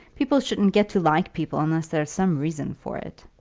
people shouldn't get to like people unless there's some reason for it.